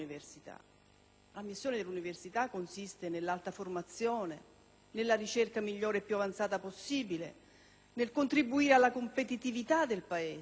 missione dell'università, che consiste nell'alta formazione, nella ricerca migliore più avanzata possibile, nel contribuire alla competitività del Paese.